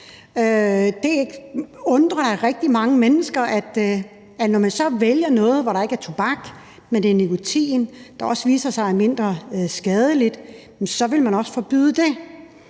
Det undrer rigtig mange mennesker, at når man så vælger noget, hvor der ikke er tobak i, men hvor der er nikotin i, som viser sig at være mindre skadeligt, så vil man også forbyde det.